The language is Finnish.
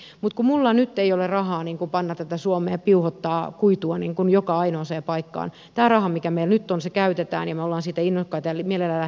mutta kun minulla nyt ei ole rahaa panna tätä suomea kuntoon ja piuhoittaa kuitua joka ainoaan paikkaan niin tämä raha mikä meillä nyt on käytetään ja me olemme siinä innokkaita ja mielelläni lähden uuttakin hakemaan